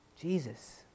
Jesus